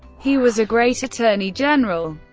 he was a great attorney general.